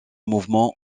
mouvement